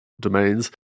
domains